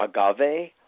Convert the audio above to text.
agave